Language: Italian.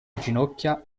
ginocchia